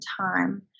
time